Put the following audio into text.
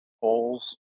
holes